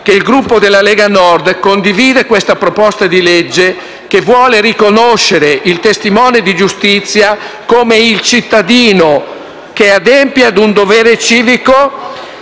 che il Gruppo Lega Nord e Autonomie condivide questa proposta di legge che vuole riconoscere il testimone di giustizia come il cittadino che adempie ad un dovere civico